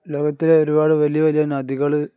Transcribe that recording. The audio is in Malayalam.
ലോകത്തിലെ ഒരുപാട് വലിയ വലിയ നദികള്